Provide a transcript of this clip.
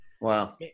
Wow